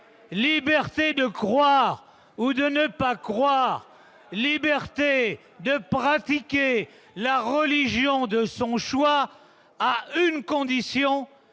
liberté de croire ou de ne pas croire, liberté de pratiquer la religion de son choix. Nous ne parlons